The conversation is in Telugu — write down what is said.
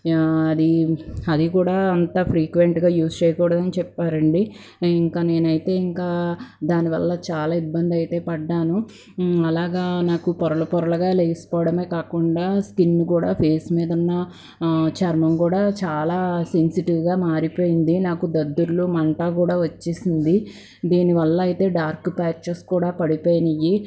అది అది కూడా అంతా ఫ్రీక్వెంట్గా యూజ్ చేయకూడదు అని చెప్పారండి నేను ఇంకా నేనైతే ఇంకా దాని వల్ల చాలా ఇబ్బంది అయితే పడ్డాను అలాగా నాకు పొరలు పొరలు లేచిపోవడమే కాకుండా స్కిన్ కూడా ఫేస్ మీద ఉన్న చర్మం కూడా చాలా సెన్సిటివ్గా మారిపోయింది నాకు దద్దుర్లు మంట కూడా వచ్చేసింది దీనివల్ల అయితే డార్క్ ప్యాచెస్ కూడా పడిపోయినాయి